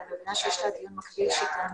אבל אני מבינה שיש לה דיון מקביל שכבר מסתיים.